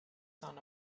son